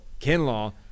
Kinlaw